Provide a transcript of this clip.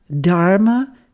Dharma